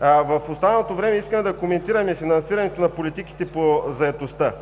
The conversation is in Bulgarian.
В останалото време искам да коментираме финансирането на политиките по заетостта.